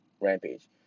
rampage